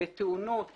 בתאונות